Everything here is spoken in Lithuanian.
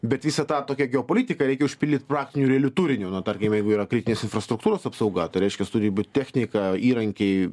bet visą tą tokią geopolitiką reikia užpildyt praktiniu realiu turiniu nu tarkim jeigu yra kritinės infrastruktūros apsauga tai reiškiasi turi būti technika įrankiai